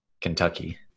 Kentucky